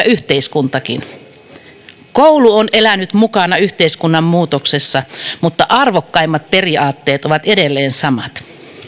yhteiskuntakin koulu on elänyt mukana yhteiskunnan muutoksessa mutta arvokkaimmat periaatteet ovat edelleen samat